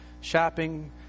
shopping